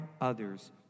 others